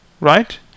right